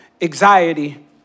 anxiety